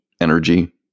energy